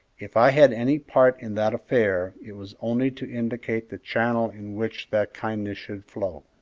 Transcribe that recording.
if i had any part in that affair, it was only to indicate the channel in which that kindness should flow.